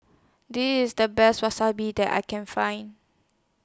This IS The Best Wasabi that I Can Find